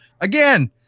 again